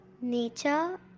Nature